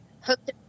hooked